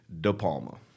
DePalma